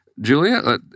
Julia